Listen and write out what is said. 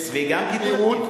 וגם כקולקטיב.